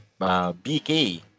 BK